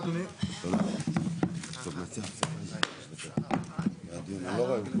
הישיבה ננעלה בשעה 10:03.